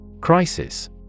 crisis